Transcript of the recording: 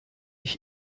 ich